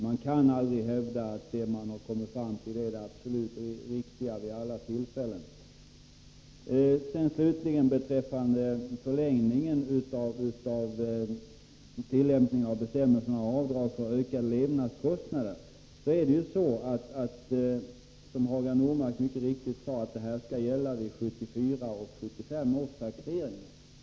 Man kan aldrig hävda att det man har kommit fram till är det absolut riktiga vid alla tillfällen. Slutligen beträffande förlängningen av tillämpningen av bestämmelserna om avdrag för ökade levnadskostnader, så är det som Hagar Normark mycket riktigt säger, att detta skall gälla vid 1984 och 1985 års taxeringar.